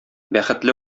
бәхетле